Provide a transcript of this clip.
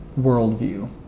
worldview